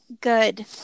Good